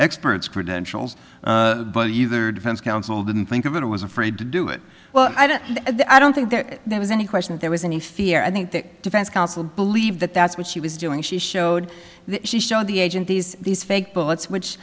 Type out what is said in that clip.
experts credentials but either defense counsel didn't think of it or was afraid to do it well i don't think there was any question there was any fear i think the defense counsel believe that that's what she was doing she showed that she showed the agent these these fake bullets which